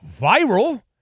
viral